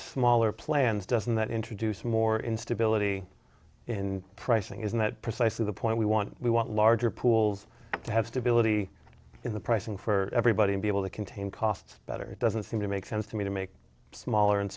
smaller plans doesn't that introduce more instability in pricing isn't that precisely the point we want we want larger pools to have stability in the pricing for everybody to be able to contain costs better it doesn't seem to make sense to me to make smaller and